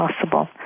possible